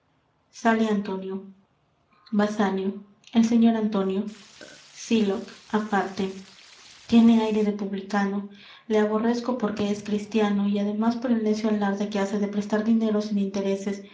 sale antonio basanio el señor antonio sylock aparte tiene aire de publicano le aborrezco porque es cristiano y ademas por el necio alarde que hace de prestar dinero sin interes